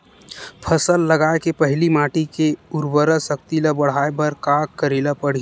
फसल लगाय के पहिली माटी के उरवरा शक्ति ल बढ़ाय बर का करेला पढ़ही?